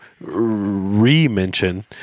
re-mention